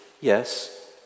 Yes